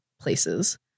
places